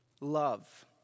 love